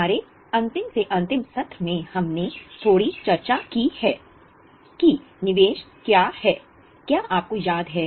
हमारे अंतिम से अंतिम सत्र में हमने थोड़ी चर्चा की है कि निवेश क्या है क्या आपको याद है